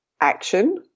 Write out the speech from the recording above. action